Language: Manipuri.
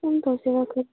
ꯀꯔꯝ ꯇꯧꯁꯤꯔꯥꯀꯣ